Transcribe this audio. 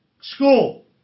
School